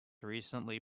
recently